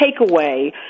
takeaway